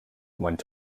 went